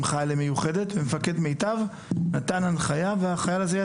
חייל למיוחדת ומפקד מיטב שינה את ההחלטה לטובת החייל.